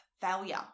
failure